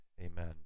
Amen